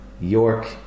York